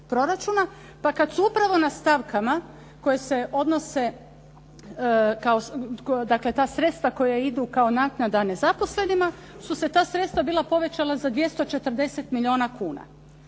proračuna, pa kad su upravo na stavkama koje se odnose, dakle ta sredstva koja idu kao naknada nezaposlenima su se ta sredstva bila povećala za 240 milijona kuna.